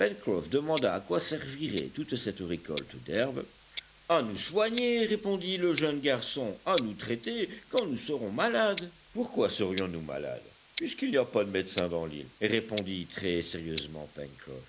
pencroff demanda à quoi servirait toute cette récolte d'herbes à nous soigner répondit le jeune garçon à nous traiter quand nous serons malades pourquoi serions-nous malades puisqu'il n'y a pas de médecins dans l'île répondit très sérieusement